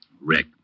Rick